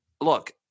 Look